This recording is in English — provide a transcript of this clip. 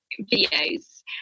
videos